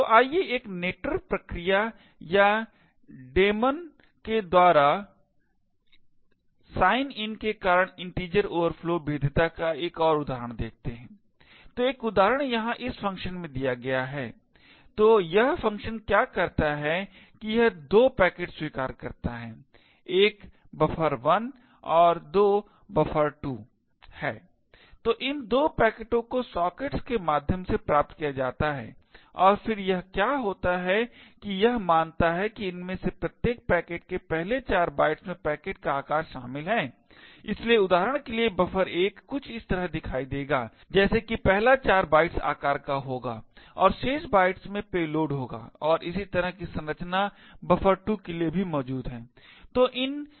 तो आइए एक नेटवर्क प्रक्रिया या डेमॉन के द्वारा साइन इन के कारण इन्टिजर ओवरफ्लो भेद्यता का एक और उदाहरण देखते हैं तो एक उदाहरण यहां इस फ़ंक्शन में दिया गया है तो यह फ़ंक्शन क्या करता है कि यह 2 पैकेट स्वीकार करता है 1 buffer1 और 2 buffer2 है तो इन 2 पैकेटों को सॉकेट्स के माध्यम से प्राप्त किया जाता है और फिर यह क्या होता है कि यह मानता है कि इनमें से प्रत्येक पैकेट के पहले 4 बाइट्स में पैकेट का आकार शामिल है इसलिए उदाहरण के लिए buffer1 कुछ इस तरह दिखाई देगा जैसे कि पहला 4 बाइट्स आकार का होंगा और शेष बाइट्स में पेलोड होगा और इसी तरह की संरचना buffer2 के लिए भी मौजूद है